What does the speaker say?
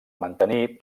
mantenir